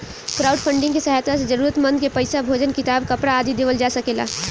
crowdfunding के सहायता से जरूरतमंद के पईसा, भोजन किताब, कपरा आदि देवल जा सकेला